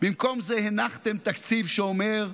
במקום זה הנחתם תקציב שאומר: